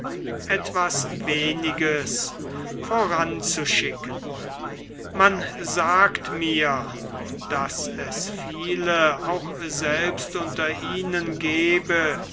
etwas weniges voranzuschicken man sagt mir daß es viele auch selbst unter ihnen gebe